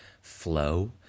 flow